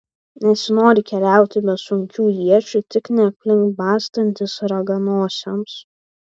nesinori keliauti be sunkių iečių tik ne aplink bastantis raganosiams